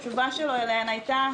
תשובתו לכל שאלותיי הייתה,